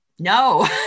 No